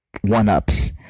one-ups